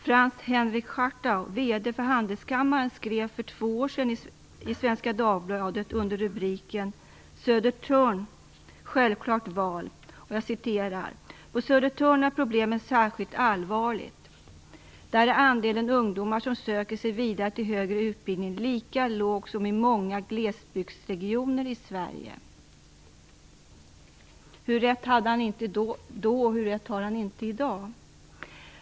Frans-Henrik Schartau, VD för Handelskammaren, skrev för två år sedan i Svenska Dagbladet under rubriken Södertörn - självklart val: "På Södertörn är problemet särskilt allvarligt. Där är andelen ungdomar som söker sig vidare till högre utbildning lika låg som i många glesbygdsregioner i Sverige." Hur rätt hade han inte då och hur rätt har han inte i dag?